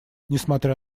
несмотря